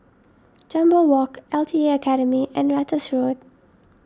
Jambol Walk L T A Academy and Ratus Road